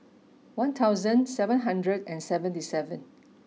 one thousand seven hundred and seventy seven